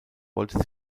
wollte